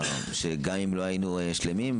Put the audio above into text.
וגם אם לא היינו שלמים,